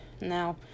Now